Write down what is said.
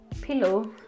pillow